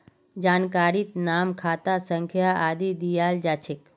जानकारीत नाम खाता संख्या आदि दियाल जा छेक